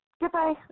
Goodbye